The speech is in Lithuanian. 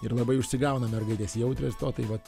ir labai užsigauna mergaitės jautrios to tai vat